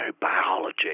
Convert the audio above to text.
biology